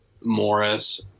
Morris